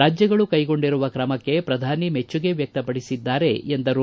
ರಾಜ್ಯಗಳು ಕೈಗೊಂಡಿರುವ ತ್ರಮಕ್ಕೆ ಪ್ರಧಾನಿ ಮೆಚ್ಚುಗೆ ವ್ಯಕ್ತಪಡಿಸಿದ್ದಾರೆ ಎಂದರು